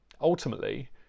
Ultimately